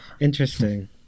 Interesting